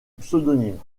pseudonyme